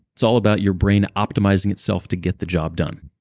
it's all about your brain optimizing itself to get the job done